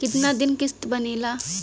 कितना दिन किस्त बनेला?